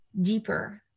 deeper